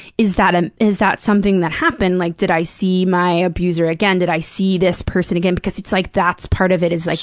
is that ah is that something that happened? like, did i see my abuser again? did i see this person again? because it's like that's part of it. it's like.